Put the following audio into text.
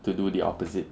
to do the opposite